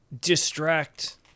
distract